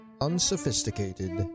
unsophisticated